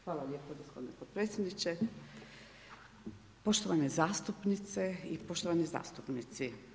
Hvala vam lijepa gospodine potpredsjedniče, poštovane zastupnice, poštovani zastupnici.